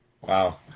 Wow